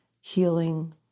healing